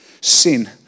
Sin